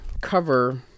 cover